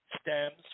stems